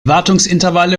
wartungsintervalle